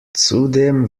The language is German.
zudem